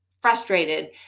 frustrated